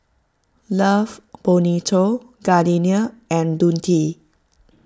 Love Bonito Gardenia and Dundee